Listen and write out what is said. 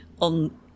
on